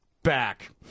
Back